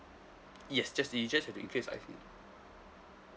yes just that you just have to